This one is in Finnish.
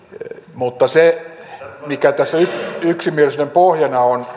mutta se perusasiahan mikä tässä yksimielisyyden pohjana on